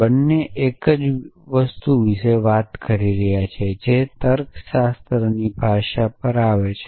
બંને એક જ વસ્તુ વિશે વાત કરી રહ્યા છે જે તર્કશાસ્ત્રની ભાષા પર આવે છે